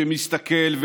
שמסתכל,